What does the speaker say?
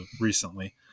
recently